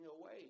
away